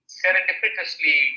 serendipitously